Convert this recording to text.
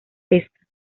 pesca